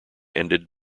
ended